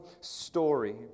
story